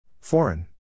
Foreign